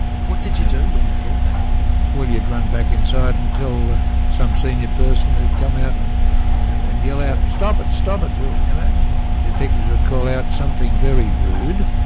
what did you do when you saw that happening? well you'd run back inside and tell some senior person who'd come out and and and yell out stop it! stop it! you know detectives would call out something very rude,